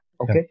Okay